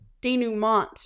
denouement